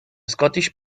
scottish